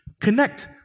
Connect